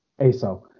Aso